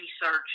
research